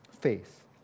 faith